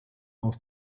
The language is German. aus